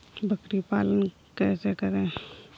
बकरी पालन कैसे करें?